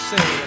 Say